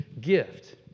gift